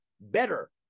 better